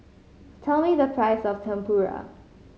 tell me the price of Tempura